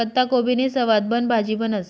पत्ताकोबीनी सवादबन भाजी बनस